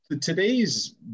today's